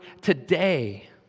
today